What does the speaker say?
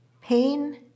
pain